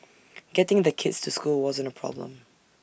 getting the kids to school wasn't A problem